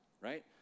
right